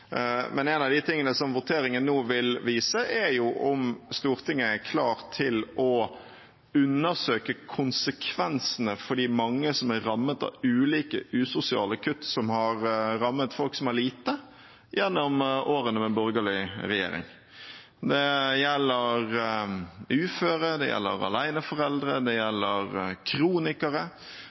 Men en av de tingene som voteringen nå vil vise, er om Stortinget er klar til å undersøke konsekvensene for de mange som er rammet av ulike usosiale kutt som har rammet folk som har lite, gjennom årene med borgerlig regjering. Det gjelder uføre, det gjelder aleneforeldre, det gjelder kronikere.